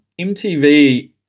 MTV